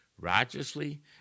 righteously